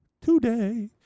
today